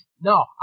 no